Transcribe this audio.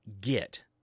get